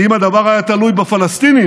כי אם הדבר היה תלוי בפלסטינים,